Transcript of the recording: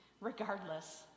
Regardless